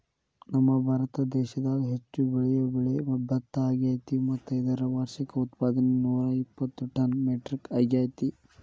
ನಮ್ಮಭಾರತ ದೇಶದಾಗ ಹೆಚ್ಚು ಬೆಳಿಯೋ ಬೆಳೆ ಭತ್ತ ಅಗ್ಯಾತಿ ಮತ್ತ ಇದರ ವಾರ್ಷಿಕ ಉತ್ಪಾದನೆ ನೂರಾಇಪ್ಪತ್ತು ಟನ್ ಮೆಟ್ರಿಕ್ ಅಗ್ಯಾತಿ